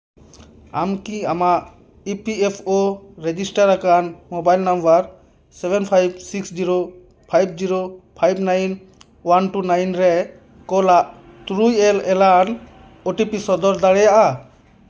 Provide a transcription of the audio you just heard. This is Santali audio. ᱟᱢᱠᱤ ᱟᱢᱟᱜ E P F O register ᱟᱠᱟᱱ mobile number seven five six zero five zero five nine one two nine ᱨᱮ ᱠᱳᱞᱟᱜ ᱛᱩᱨᱩᱭ ᱮᱞ ᱮᱞᱟᱱ ᱳ ᱴᱤ ᱯᱤ ᱥᱚᱫᱚᱨ ᱫᱟᱲᱮᱭᱟᱜᱼᱟ